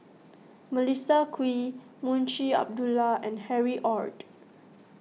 Melissa Kwee Munshi Abdullah and Harry Ord